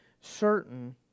certain